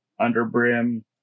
underbrim